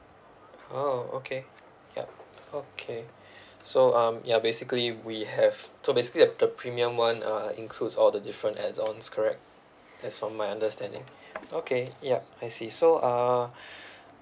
oh okay yup okay so um ya basically we have so basically the the premium one uh includes all the different add ons correct that's from my understanding okay yup I see so uh